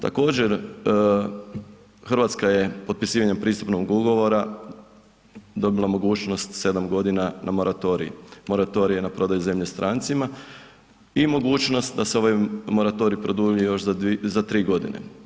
Također, Hrvatska je potpisivanjem pristupnog ugovora dobila mogućnost 7 godina na moratorij, moratorij je na prodaju zemlje strancima i mogućnost da se ovaj moratorij produlji još za 3 godine.